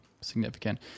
significant